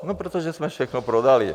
No protože jsme všechno prodali.